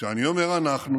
כשאני אומר "אנחנו"